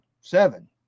seven